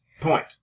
point